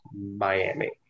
Miami